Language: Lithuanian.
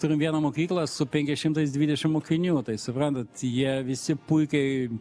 turim vieną mokyklą su penkiais šimtais dvidešim mokinių tai suprantat jie visi puikiai